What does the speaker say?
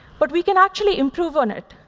but we can actually improve on it.